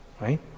right